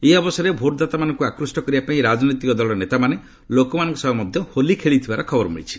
ଏହି ଅବସରରେ ଭୋଟଦାତାମାନଙ୍କୁ ଆକୁଷ୍ଟ କରିବା ପାଇଁ ରାଜନୈତିକ ଦଳର ନେତାମାନେ ଲୋକମାନଙ୍କ ସହ ମଧ୍ୟ ହୋଲି ଖେଳିଥିବାର ଖବର ମିଳିଛି